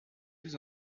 plus